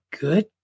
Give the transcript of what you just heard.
good